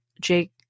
Jake